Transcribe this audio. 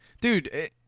Dude